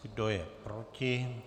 Kdo je proti?